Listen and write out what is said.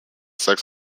sex